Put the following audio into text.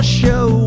show